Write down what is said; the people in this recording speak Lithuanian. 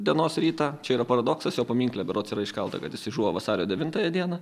dienos rytą čia yra paradoksas jo paminkle berods yra iškalta kad jisai žuvo vasario devintąją dieną